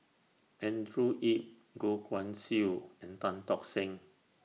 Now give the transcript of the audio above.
Andrew Yip Goh Guan Siew and Tan Tock Seng